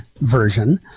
version